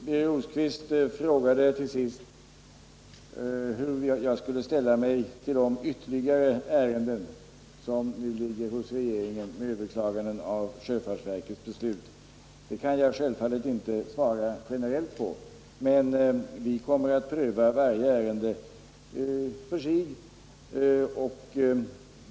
Birger Rosqvist frågade till sist hur jag skulle ställa mig till de ytterligare ärenden som nu ligger hos regeringen med överklaganden av sjöfartsverkets beslut. Det kan jag självfallet inte ge något generellt svar på; vi kommer att pröva varje ärende för sig.